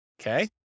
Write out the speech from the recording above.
Okay